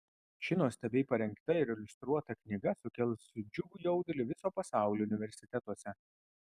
ši nuostabiai parengta ir iliustruota knyga sukels džiugų jaudulį viso pasaulio universitetuose